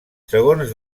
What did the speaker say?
segons